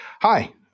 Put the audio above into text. Hi